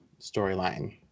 storyline